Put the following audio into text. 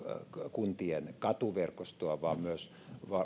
kuntien katuverkostoa vai myös